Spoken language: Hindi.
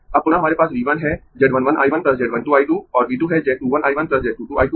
अब पुनः हमारे पास V 1 है Z 1 1 I 1 Z 1 2 I 2 और v 2 है Z 2 1 I 1 Z 2 2 I 2